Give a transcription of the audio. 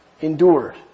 endured